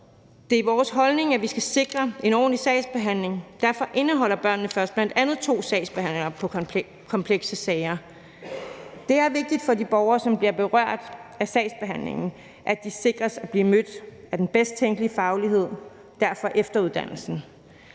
Det er vores holdning, at vi skal sikre en ordentlig sagsbehandling. Derfor indeholder »Børnene Først« bl.a. to sagsbehandlinger om komplekse sager. Det er vigtigt for de borgere, som bliver berørt af sagsbehandlingen, at man sikrer, at de bliver mødt af den bedst tænkelige faglighed – derfor efteruddannelsen.